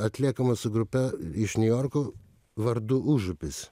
atliekamas su grupe iš niujorko vardu užupis